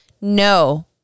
No